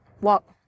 walk